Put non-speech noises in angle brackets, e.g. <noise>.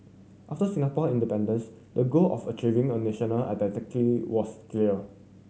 after Singapore independence the goal of achieving a national <unintelligible> was clear